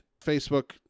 Facebook